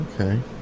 Okay